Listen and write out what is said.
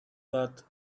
that